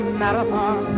marathon